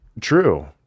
True